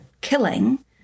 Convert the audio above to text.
killing